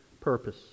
purpose